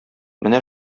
менә